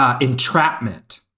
entrapment